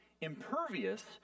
impervious